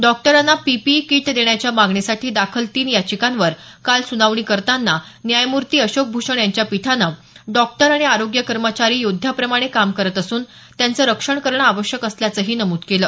डॉक्टरांना P P E kit देण्याच्या मागणीसाठी दाखल तीन याचिकांवर काल सुनावणी करताना न्यायमूर्ती अशोक भूषण यांच्या पीठानं डॉक्टर आणि आरोग्य कर्मचारी योद्ध्याप्रमाणे काम करत असून त्यांचं रक्षण करणं आवश्यक असल्याचंही नमूद केलं